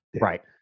Right